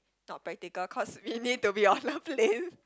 not practical cause we need to be on the plane